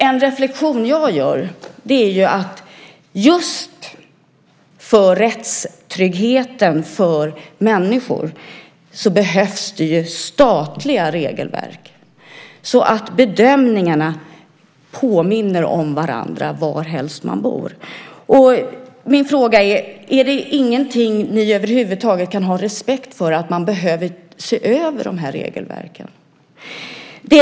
En reflexion jag gör är att det behövs statliga regelverk just för rättstryggheten för människor så att bedömningarna påminner om varandra varhelst man bor. Min fråga är: Kan ni över huvud taget inte ha respekt för att man behöver se över de här regelverken?